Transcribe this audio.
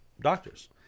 doctors